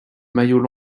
maillot